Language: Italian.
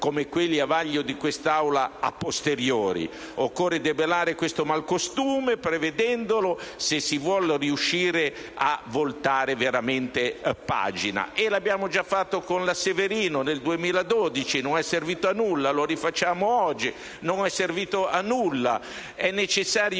come quelli al vaglio di questa Assemblea. Occorre debellare questo malcostume prevenendolo, se si vuole riuscire a voltare veramente pagina. L'abbiamo già fatto con la legge Severino, nel 2012, e non è servito a nulla; lo rifacciamo oggi e non servirà a nulla. È necessario